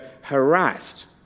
harassed